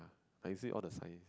like you see all the science